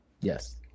yes